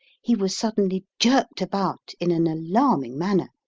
he was suddenly jerked about in an alarming manner,